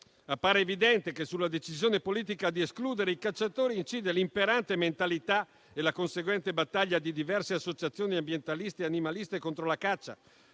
Appare evidente che sulla decisione politica di escludere i cacciatori incide l'imperante mentalità e la conseguente battaglia di diverse associazioni ambientaliste ed animaliste contro la caccia.